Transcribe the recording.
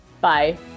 Bye